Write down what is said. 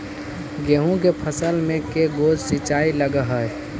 गेहूं के फसल मे के गो सिंचाई लग हय?